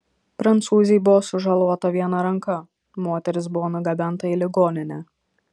prancūzei buvo sužalota viena ranka moteris buvo nugabenta į ligoninę